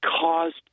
caused